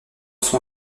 son